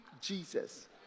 Jesus